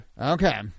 Okay